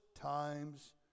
times